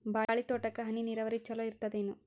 ಬಾಳಿ ತೋಟಕ್ಕ ಹನಿ ನೀರಾವರಿ ಚಲೋ ಇರತದೇನು?